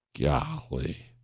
Golly